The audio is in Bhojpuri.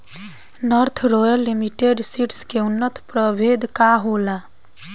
नार्थ रॉयल लिमिटेड सीड्स के उन्नत प्रभेद का होला?